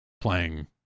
playing